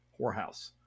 whorehouse